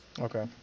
Okay